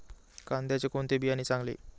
कांद्याचे कोणते बियाणे चांगले?